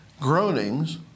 Groaning's